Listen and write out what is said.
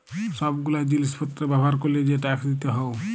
সব গুলা জিলিস পত্র ব্যবহার ক্যরলে যে ট্যাক্স দিতে হউ